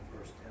first